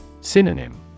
Synonym